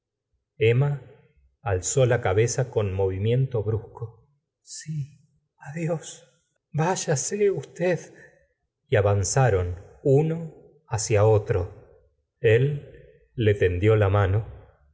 él emma alzó la cabeza con movimiento brusco sí adiós váyase usted y avanzaron uno hacia otro el le tendió la mano